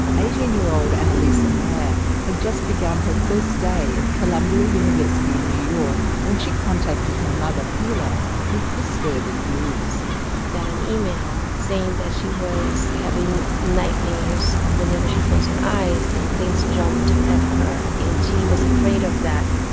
eighteen year old annalisa meier had just begun her first day at columbia university in new york when she contacted her mother pilar with disturbing news. we got an email saying that she was having nightmares whenever she closed her eyes and things jumped at her and she was afraid of that.